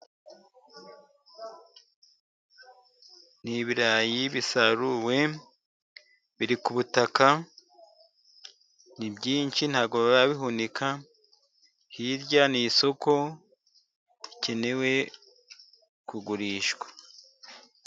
Ni ibirayi bisaruwe, biri ku butaka, ni byinshi ntabwo bari babihunika, hirya ni isoko rikenewe kugurishwa.